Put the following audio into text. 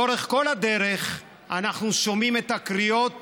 לאורך כל הדרך אנחנו שומעים את הקריאות